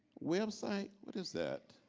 website? what is that?